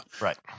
Right